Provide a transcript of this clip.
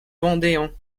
vendéens